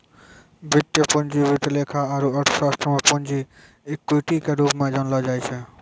वित्तीय पूंजी वित्त लेखा आरू अर्थशास्त्र मे पूंजी इक्विटी के रूप मे जानलो जाय छै